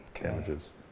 damages